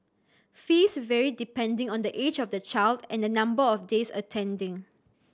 fees vary depending on the age of the child and the number of days attending